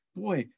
boy